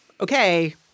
okay